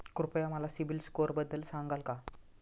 कृपया मला सीबील स्कोअरबद्दल सांगाल का?